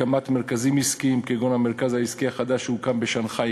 הקמת מרכזים עסקיים כגון המרכז העסקי החדש שהוקם בשנגחאי,